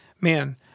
man